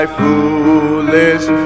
foolish